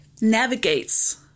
navigates